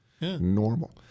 Normal